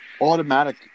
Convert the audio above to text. automatic